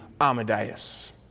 Amadeus